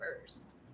first